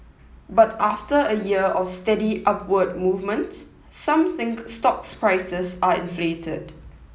but after a year of steady upward movement some think stocks prices are inflated